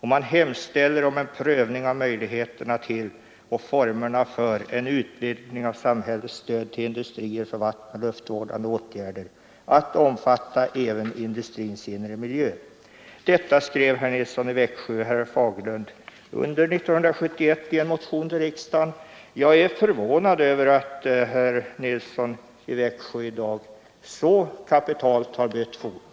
Man hemställer om en prövning av möjligheterna till och formerna för en utvidgning av samhällets stöd till industrier för vattenoch luftvårdande åtgärder att omfatta även industrins inre miljö. Jag är som sagt förvånad över att herr Nilsson i Växj5 i dag så kapitalt har bytt fot.